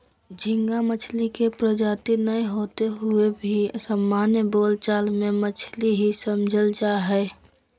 झींगा मछली के प्रजाति नै होते हुए भी सामान्य बोल चाल मे मछली ही समझल जा हई